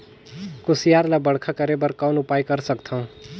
कुसियार ल बड़खा करे बर कौन उपाय कर सकथव?